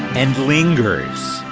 and lingers